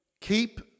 keep